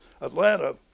Atlanta